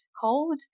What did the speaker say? cold